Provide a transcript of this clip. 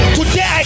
Today